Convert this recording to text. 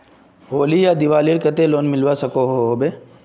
होली या दिवालीर केते लोन मिलवा सकोहो होबे?